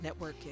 networking